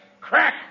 Crack